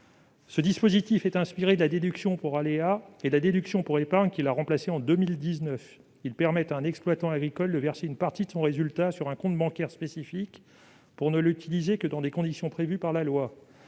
Ce dispositif est inspiré de la déduction pour aléa et de la déduction pour épargne, qui l'a remplacée en 2019, lesquelles permettent à un exploitant agricole de verser une partie de son résultat sur un compte bancaire spécifique pour ne l'utiliser que dans des conditions prévues par la loi.